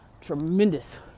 tremendous